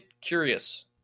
curious